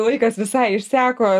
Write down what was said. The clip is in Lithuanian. laikas visai išseko